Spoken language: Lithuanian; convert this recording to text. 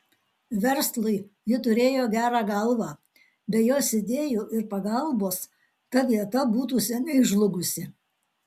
verslui ji turėjo gerą galvą be jos idėjų ir pagalbos ta vieta būtų seniai žlugusi